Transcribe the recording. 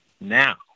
now